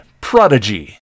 Prodigy